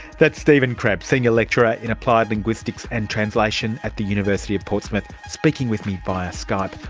that's stephen crabbe, senior lecturer in applied linguistics and translation at the university of portsmouth, speaking with me via skype.